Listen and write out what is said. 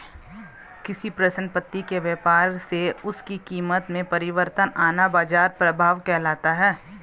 किसी परिसंपत्ति के व्यापार से उसकी कीमत में परिवर्तन आना बाजार प्रभाव कहलाता है